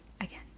Again